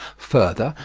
further,